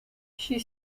she